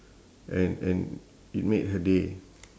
and and it made her day